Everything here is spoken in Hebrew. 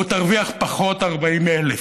או תרוויח פחות 40,000?